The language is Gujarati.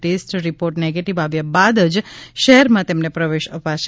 ટેસ્ટ રિપોર્ટ નેગેટિવ આવ્યા બાદ જ શહેરમાં તેમને પ્રવેશ અપાશે